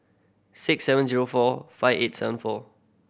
six seven zero four five eight seven four